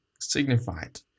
signified